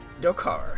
Dokar